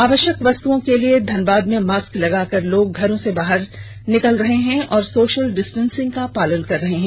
आवष्यक वस्तुओं के लिए धनबाद में मास्क लगाकर लोग घरों से बाहर निकल रहें हैं और सोषल डिस्टेंसिंग का पालन कर रहे हैं